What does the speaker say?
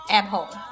Apple